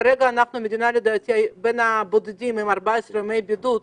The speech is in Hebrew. כרגע אנחנו בין המדינות הבודדות עם 14 ימי בידוד,